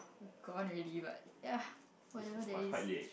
gone already but ya whatever there is